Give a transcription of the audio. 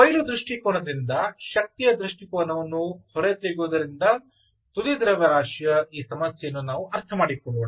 ಕೊಯ್ಲು ದೃಷ್ಟಿಕೋನದಿಂದ ಶಕ್ತಿಯ ದೃಷ್ಟಿಕೋನವನ್ನು ಹೊರತೆಗೆಯುವುದರಿಂದ ತುದಿ ದ್ರವ್ಯರಾಶಿಯ ಈ ಸಮಸ್ಯೆಯನ್ನು ನಾವು ಅರ್ಥಮಾಡಿಕೊಳ್ಳೋಣ